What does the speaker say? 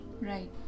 Right